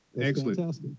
Excellent